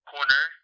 Corner